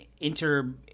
inter